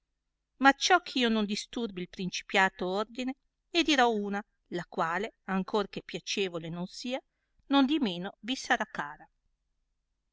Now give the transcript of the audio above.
ma acciò eh io non disturbi il principiato ordine ne dirò una la quale ancor che piacevole non sia nondimeno vi sarà cara